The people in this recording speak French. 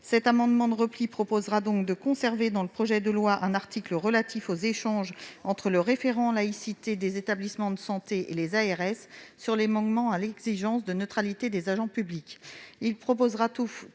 Cet amendement de repli a pour objet de conserver dans le projet de loi un article relatif aux échanges entre le référent laïcité des établissements de santé et les ARS sur les manquements à l'exigence de neutralité des agents publics.